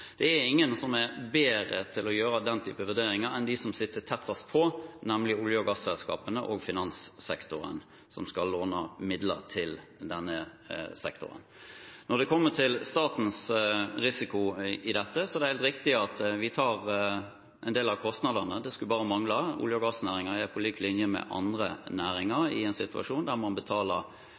å gjøre den type vurderinger enn de som sitter tettest på, nemlig olje- og gasselskapene og finanssektoren, som skal låne midler til denne sektoren. Når det kommer til statens risiko i dette, er det helt riktig at vi tar en del av kostnadene. Det skulle bare mangle – olje- og gassnæringen er på lik linje med andre næringer i en situasjon der man betaler